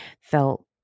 felt